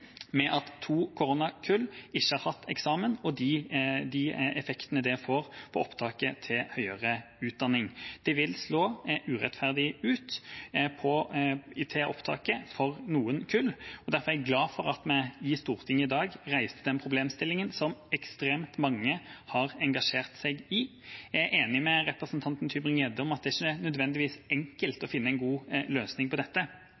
med at to koronakull ikke har hatt eksamen, og de effektene det får for opptaket til høyere utdanning. Det vil slå urettferdig ut på opptaket for noen kull. Derfor er jeg glad for at vi i Stortinget i dag reiser den problemstillingen, som ekstremt mange har engasjert seg i. Jeg er enig med representanten Tybring-Gjedde i at det ikke nødvendigvis er enkelt å finne en god løsning på dette,